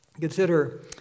Consider